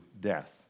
death